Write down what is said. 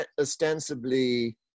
ostensibly